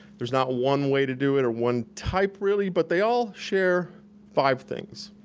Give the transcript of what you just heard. there's not one way to do it or one type, really, but they all share five things.